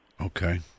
Okay